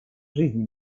жизни